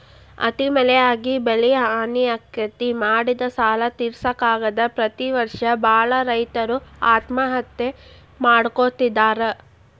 ಅತಿ ಮಳಿಯಾಗಿ ಬೆಳಿಹಾನಿ ಆಗ್ತೇತಿ, ಮಾಡಿದ ಸಾಲಾ ತಿರ್ಸಾಕ ಆಗದ ಪ್ರತಿ ವರ್ಷ ಬಾಳ ರೈತರು ಆತ್ಮಹತ್ಯೆ ಮಾಡ್ಕೋತಿದಾರ